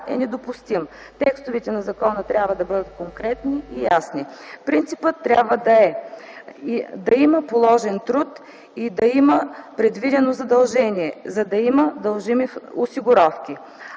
е недопустимо – текстовете на закона трябва да бъдат конкретни и ясни. Принципът трябва да е: да има положен труд и да има предвидено задължение, за да има дължими осигуровки.